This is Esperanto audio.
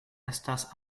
estas